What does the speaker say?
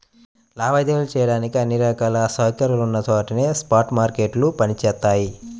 లావాదేవీలు చెయ్యడానికి అన్ని రకాల సౌకర్యాలున్న చోటనే స్పాట్ మార్కెట్లు పనిచేత్తయ్యి